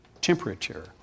Temperature